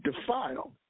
defile